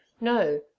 no